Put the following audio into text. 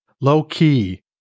low-key